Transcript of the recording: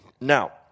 Now